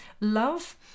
love